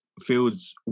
Fields